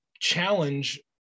challenge